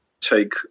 take